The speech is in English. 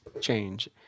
change